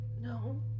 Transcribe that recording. No